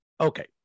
Okay